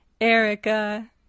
Erica